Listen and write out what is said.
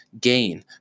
gain